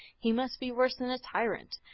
he must be worse than a tyrant.